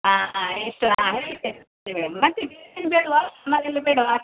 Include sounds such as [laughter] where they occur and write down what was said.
ಹಾಂ ಆಯಿತು ಆಯಿತು [unintelligible] ಮತ್ತೆ ಬೇರೆನು ಬೇಡವಾ ಮನೋಲಿ ಬೇಡವಾ